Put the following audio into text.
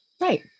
Right